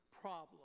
problem